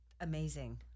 Amazing